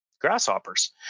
grasshoppers